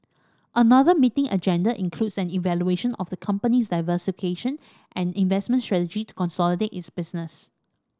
another meeting agenda includes an evaluation of the company's diversification and investment strategy to consolidate its business